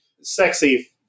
sexy